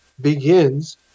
begins